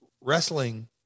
wrestling